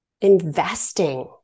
investing